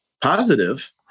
positive